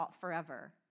forever